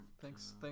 Thanks